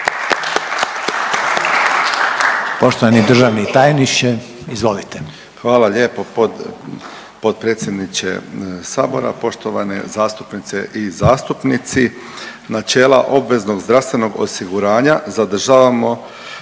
Poštovani državni tajniče izvolite. **Dulibić, Tomislav (HDZ)** Hvala lijepo potpredsjedniče sabora. Poštovane zastupnice i zastupnici, načela obveznog zdravstvenog osiguranja zadržavamo